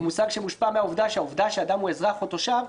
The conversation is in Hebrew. הוא מושפע מהעובדה שאדם הוא אזרח או תושב,